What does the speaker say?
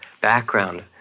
background